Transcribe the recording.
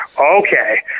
okay